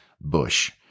Bush